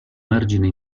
margine